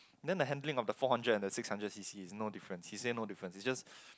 then the handling of the four hundred and the six hundred C_C is no difference he say no difference it's just